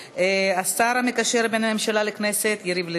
השר המקשר בין הממשלה לכנסת יריב לוין,